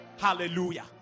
Hallelujah